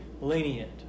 lenient